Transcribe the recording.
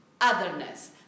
otherness